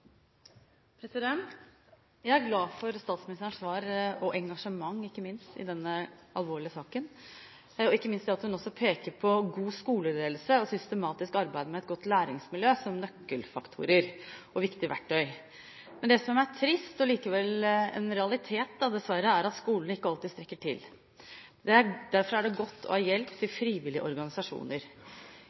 glad for statsministerens svar og engasjement i denne alvorlige saken, og ikke minst for at hun også peker på god skoleledelse og systematisk arbeid med et godt læringsmiljø som nøkkelfaktorer og viktige verktøy. Men det som er trist og likevel en realitet, dessverre, er at skolene ikke alltid strekker til. Derfor er det godt å ha hjelp fra frivillige organisasjoner.